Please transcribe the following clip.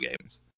games